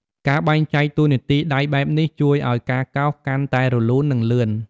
ការបែងចែកតួនាទីដៃបែបនេះ ជួយឱ្យការកោសកាន់តែរលូន និងលឿន។